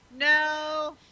No